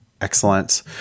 Excellent